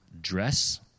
dress